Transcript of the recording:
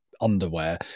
underwear